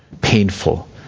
painful